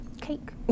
cake